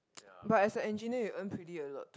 but as a engineer you earn pretty a lot